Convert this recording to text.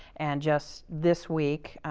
and just this week,